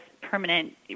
permanent